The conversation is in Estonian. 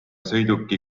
sõiduki